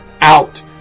Out